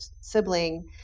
sibling